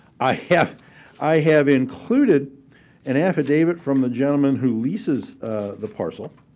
i have i have included an affidavit from the gentleman who leases the parcel